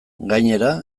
gainera